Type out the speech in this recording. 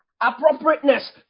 appropriateness